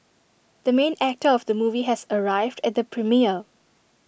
the main actor of the movie has arrived at the premiere